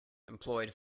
employed